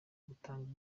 gutanga